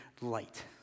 light